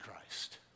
Christ